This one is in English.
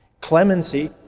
clemency